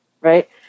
right